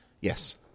Yes